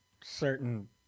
certain